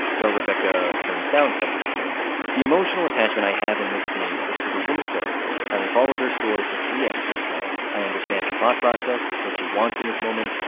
where rebecca turns down sex with a stranger. the emotional attachment i have in this scene is to the woman character, having followed her story for three episodes now. i understand her thought process, what she wants in this moment,